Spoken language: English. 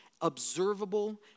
observable